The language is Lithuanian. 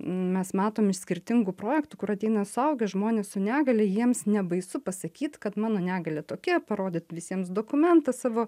mes matom iš skirtingų projektų kur ateina suaugę žmonės su negalia jiems nebaisu pasakyt kad mano negalia tokia parodyt visiems dokumentą savo